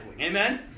Amen